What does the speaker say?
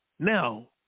Now